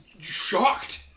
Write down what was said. shocked